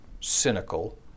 cynical